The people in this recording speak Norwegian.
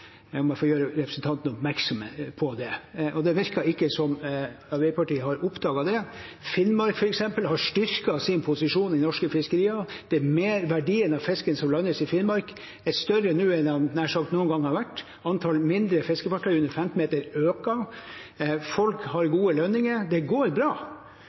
Jeg må få gjøre representanten oppmerksom på det, for det virker ikke som om Arbeiderpartiet har oppdaget det. Finnmark, f.eks., har styrket sin posisjon i norske fiskerier. Verdien av den fisken som landes i Finnmark, er større nå enn den nær sagt noen gang har vært. Antallet fiskefartøy under 15 meter har økt, og folk har gode lønninger. Det går bra.